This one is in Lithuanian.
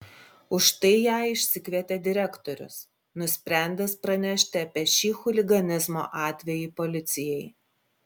už tai ją išsikvietė direktorius nusprendęs pranešti apie šį chuliganizmo atvejį policijai